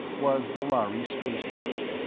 was the lhari spaceport.